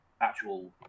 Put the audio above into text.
actual